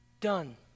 Done